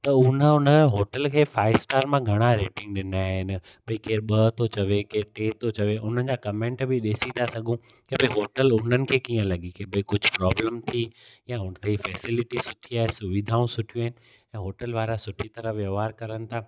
त हुन हुन होटल खे फ़ाइव स्टार खां घणा रेटिंग ॾिना आहिनि भई केर बि थो चवे करे टे थो चवे हुननि जा कमेंट बि ॾिसी था सघूं कि भई होटल हुननि खे कीअं लॻी के भई कुझु प्रोब्लम थी या उते फ़ेसिलिटी सुठी आहे सुविधाऊं सुठियूं आहिनि या होटल वारा सुठी तरह व्यवहार करनि था